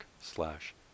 slash